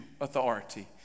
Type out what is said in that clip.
authority